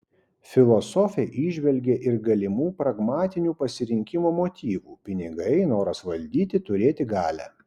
filosofė įžvelgė ir galimų pragmatinių pasirinkimo motyvų pinigai noras valdyti turėti galią